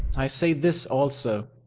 i say this also,